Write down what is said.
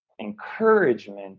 encouragement